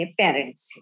parents